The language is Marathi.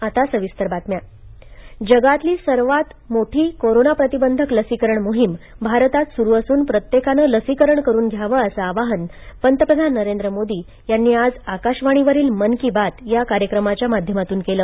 मन की बात जगातली सगळ्यात मोठी कोरोना प्रतिबंधक लसीकरण मोहीम भारतात सुरू असून प्रत्येकानं लसीकरण करून घ्यावं असं आवाहन पंतप्रधान नरेंद्र मोदी यांनी आज आकाशवाणीवरील मन की बात या कार्यक्रमाच्या माध्यमातून केलं